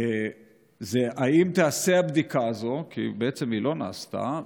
הוא אם תיעשה הבדיקה הזאת, כי בעצם היא לא נעשתה.